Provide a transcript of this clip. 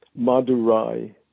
Madurai